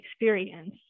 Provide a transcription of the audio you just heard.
experience